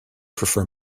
prefer